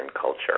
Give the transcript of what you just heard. culture